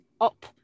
up